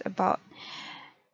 about